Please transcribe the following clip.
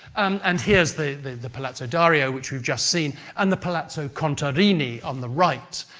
and here's the the palazzo dario, which we've just seen, and the palazzo contarini on the right.